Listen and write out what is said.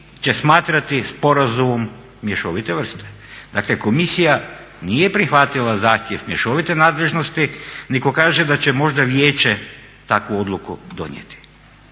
će smatrati sporazumom mješovite vrste." Dakle, komisija nije prihvatila zahtjev mješovite nadležnosti nego kaže da će možda vijeće takvu odluku donijeti.